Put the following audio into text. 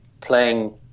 playing